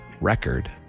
record